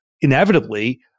inevitably